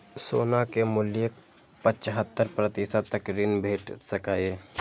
सोना के मूल्यक पचहत्तर प्रतिशत तक ऋण भेट सकैए